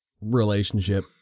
relationship